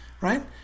right